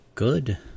Good